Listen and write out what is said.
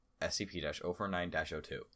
SCP-049-02